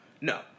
no